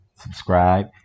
subscribe